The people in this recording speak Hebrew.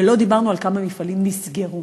ולא דיברנו על כמה מפעלים נסגרו